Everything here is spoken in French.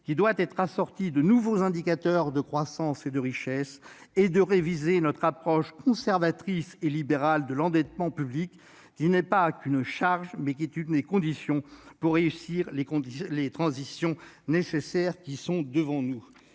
qui doit être assortie de nouveaux indicateurs de croissance et de richesse, et de réviser notre approche conservatrice et libérale de l'endettement public. Ce dernier est non pas une charge, mais l'une des conditions pour réussir les transitions nécessaires qui sont devant nous.